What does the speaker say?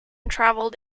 travelled